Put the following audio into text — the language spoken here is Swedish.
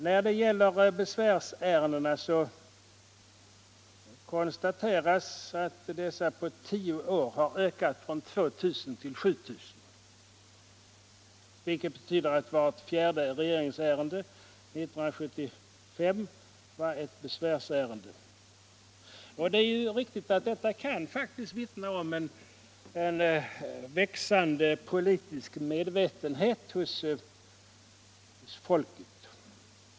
När det gäller besvärsärendena konstateras att dessa på tio år har ökat från 2 000 till 7 000, vilket betyder att vart fjärde regeringsärende 1975 var ett besvärsärende. Det är riktigt att detta kan vittna om en växande politisk medvetenhet hos folket.